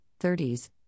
30s